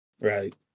right